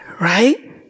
Right